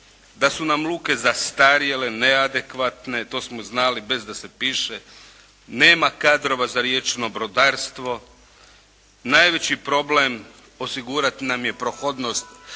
Da su nam luke zastarjele, neadekvatne to smo znali bez da se piše. Nema kadrova za riječno brodarstvo. Najveći problem osigurati nam je prohodnost